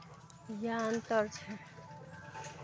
इएह अन्तर छै